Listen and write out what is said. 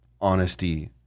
honesty